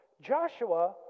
Joshua